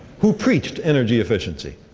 who preached energy efficiency